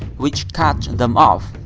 which catches them off.